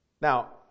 Now